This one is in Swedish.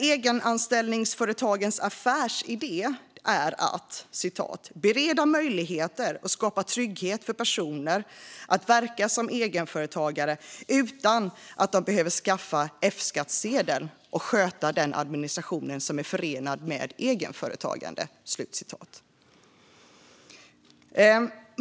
Egenanställningsföretagens affärsidé är att "bereda möjligheter och skapa trygghet för personer att verka som egenföretagare utan att de behöver skaffa F-skattsedel och sköta den administration som är förenad med egenföretagande".